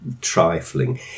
trifling